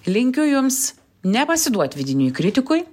linkiu jums nepasiduot vidiniui kritikui